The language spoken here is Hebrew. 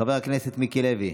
חבר הכנסת מיקי לוי,